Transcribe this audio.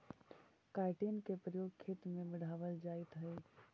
chitin के प्रयोग खेत में बढ़ावल जाइत हई